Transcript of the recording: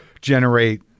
generate